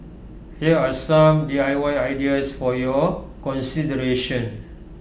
here are some D I Y ideas for your consideration